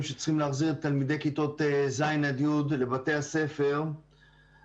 שצריכים להחזיר את תלמידי כיתות ז' עד י' לבתי הספר אבל